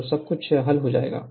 तो सब कुछ हल हो जाएगा